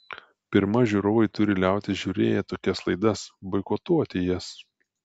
pirma žiūrovai turi liautis žiūrėję tokias laidas boikotuoti jas